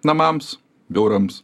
namams biurams